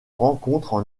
rencontrent